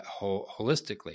holistically